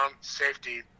safety